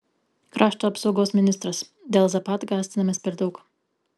krašto apsaugos ministras dėl zapad gąsdinamės per daug